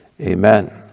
Amen